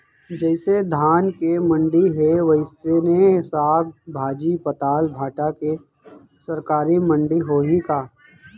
जइसे धान के मंडी हे, वइसने साग, भाजी, पताल, भाटा के सरकारी मंडी होही का?